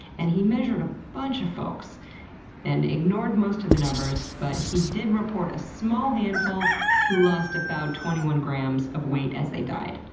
and he measured a bunch of folks and ignored most of the numbers, but he did report a small handful who lost about twenty one grams of weight as they died.